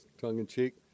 tongue-in-cheek